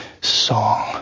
song